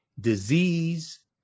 disease